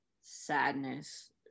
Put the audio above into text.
sadness